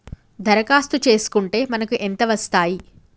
దరఖాస్తు చేస్కుంటే మనకి ఎంత వస్తాయి?